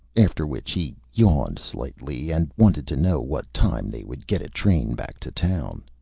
after which he yawned slightly, and wanted to know what time they would get a train back to town.